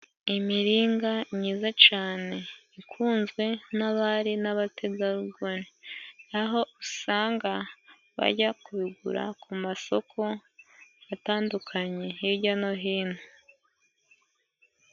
Imiringa myiza cane, ikunzwe n'abari n'abategarugori, aho usanga bajya kubigura ku masoko atandukanye hijya no hino.